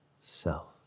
self